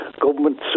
government